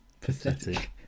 pathetic